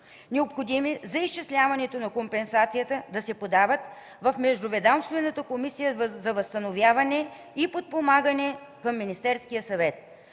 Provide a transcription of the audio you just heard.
документи за изчисляване на компенсацията да се продават в Междуведомствената комисия за възстановяване и подпомагане към Министерския съвет.